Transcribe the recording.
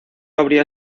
habría